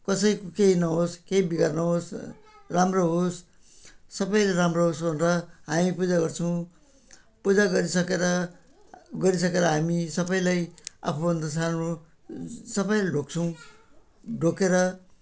कसैको केही नहोस् केही बिगार नहोस् राम्रो होस् सबैले राम्रो होस् भनेर हामी पूजा गर्छौँ पूजा गरिसकेर गरिसकेर हामी सबैलाई आफूभन्दा सानो सबैलाई ढोग्छौँ ढोकेर